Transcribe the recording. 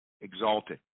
exalted